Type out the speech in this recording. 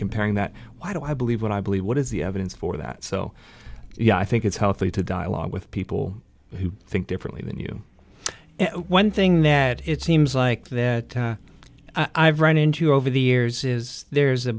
comparing that why do i believe what i believe what is the evidence for that so yeah i think it's healthy to dialogue with people who think differently than you one thing that it seems like that i've run into over the years is there's a